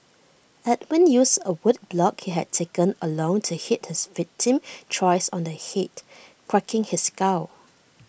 Edwin used A wood block he had taken along to hit his victim thrice on the Head cracking his skull